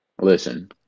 listen